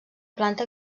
planta